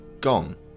gone